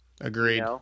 Agreed